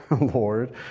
Lord